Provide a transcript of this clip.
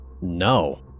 No